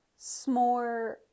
s'more